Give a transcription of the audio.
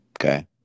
Okay